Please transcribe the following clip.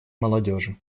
молодежи